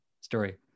story